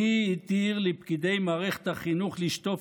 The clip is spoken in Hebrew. מי התיר לפקידי מערכת החינוך לשטוף